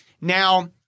Now